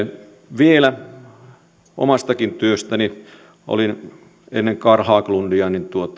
vielä omastakin työstäni olin ennen carl haglundia